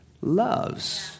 loves